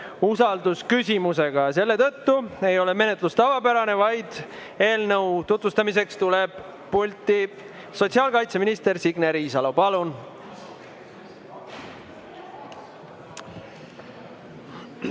usaldusküsimusega ja selle tõttu ei ole menetlus tavapärane, vaid eelnõu tutvustamiseks tuleb pulti sotsiaalkaitseminister Signe Riisalo. Palun!